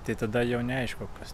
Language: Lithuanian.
tai tada jau neaišku kas